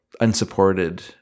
unsupported